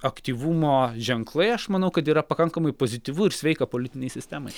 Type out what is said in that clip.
aktyvumo ženklai aš manau kad yra pakankamai pozityvu ir sveika politinei sistemai